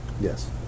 Yes